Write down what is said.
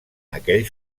aquell